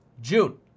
June